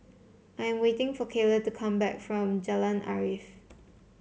I'm waiting for Kaylah to come back from Jalan Arif